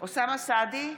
אוסאמה סעדי,